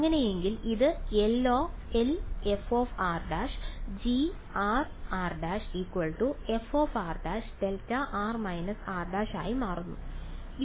അങ്ങനെയെങ്കിൽ ഇത് Lfr′grr′ fr′δr− r′ ആയി മാറുന്നു